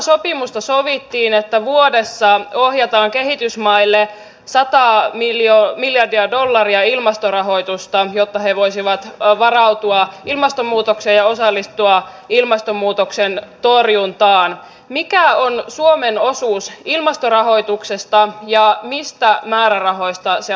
eduskunta edellyttää että vuodessa ohjataan kehitysmaille sata miljoonaa miljardia dollaria hallitus toteuttaa eläkkeensaajan asumistuen enimmäisasumismenojen indeksitarkistukset ja osallistua ilmastonmuutoksen torjuntaan mikä on suomen osuus turvaa näin eläkkeensaajien asumistuen tason